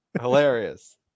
Hilarious